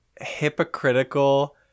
hypocritical